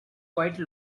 quite